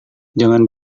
jangan